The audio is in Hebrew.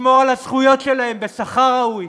לשמור על הזכויות שלהם בשכר ראוי,